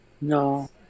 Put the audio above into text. no